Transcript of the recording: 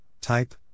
type